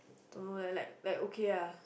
don't know leh like like okay ah